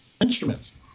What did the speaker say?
instruments